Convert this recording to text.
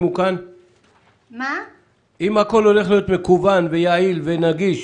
אם הכול הולך להיות מקוון ויעיל ונגיש,